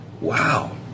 wow